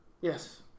Yes